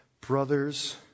brothers